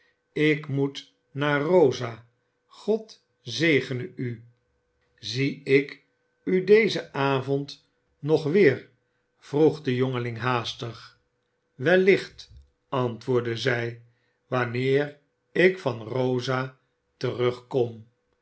ik moet naar rosa god zegene u zie ik u dezen avond nog weer vroeg de jongeling haastig wellicht antwoordde zij wanneer ik van rosa terugkom